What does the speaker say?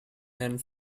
and